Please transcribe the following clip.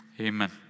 Amen